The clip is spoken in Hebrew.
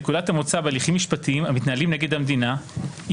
נקודת המוצא בהליכים משפטיים המתנהלים נגד המדינה היא